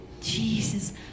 jesus